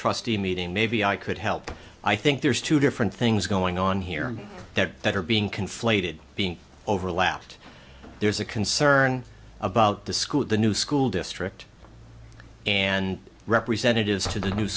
trustee meeting maybe i could help i think there's two different things going on here there that are being conflated being overlapped there's a concern about the school the new school district and representatives to the new